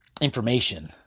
information